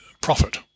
profit